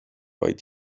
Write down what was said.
vaid